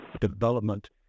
development